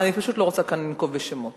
אני פשוט לא רוצה כאן לנקוב בשמות.